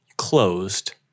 closed